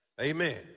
Amen